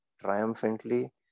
triumphantly